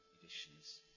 editions